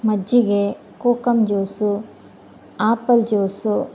ಮಜ್ಜಿಗೆ kokum juice apple juice